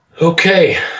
okay